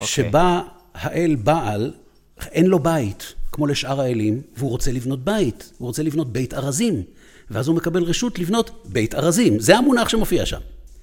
שבה האל בעל, אין לו בית, כמו לשאר האלים, והוא רוצה לבנות בית, הוא רוצה לבנות בית ארזים. ואז הוא מקבל רשות לבנות בית ארזים. זה המונח שמופיע שם.